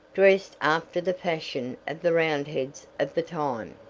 dressed after the fashion of the roundheads of the time.